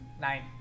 Nine